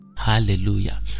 Hallelujah